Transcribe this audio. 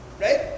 Right